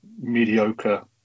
mediocre